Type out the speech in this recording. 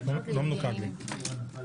(דמי